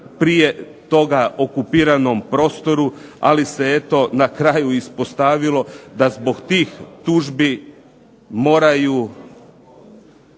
prije toga okupiranom prostoru, ali se eto na kraju ispostavilo da zbog tih tužbi moraju